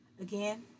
Again